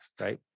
right